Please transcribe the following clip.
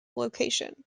location